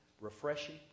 refreshing